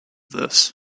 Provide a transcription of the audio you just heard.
this